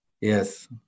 Yes